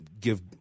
give